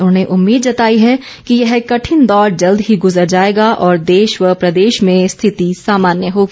उन्होंने उम्मीद जताई है कि यह कठिन दौर जल्द ही गुजर जाएगा और देश व प्रदेश में स्थिति सामान्य होगी